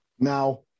Now